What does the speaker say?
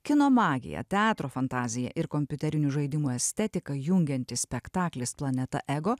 kino magiją teatro fantaziją ir kompiuterinių žaidimų estetiką jungiantis spektaklis planeta ego